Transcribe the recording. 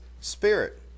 Spirit